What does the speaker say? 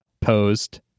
posed